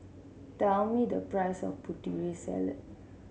tell me the price of Putri Salad